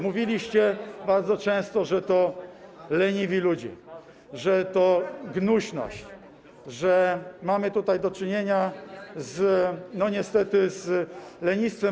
Mówiliście bardzo często, że to leniwi ludzie, że to gnuśność, że mamy tutaj do czynienia, no, niestety z lenistwem.